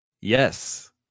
Yes